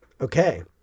Okay